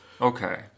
Okay